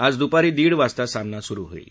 आज दुपारी दीड वाजता सामना सुरु होईल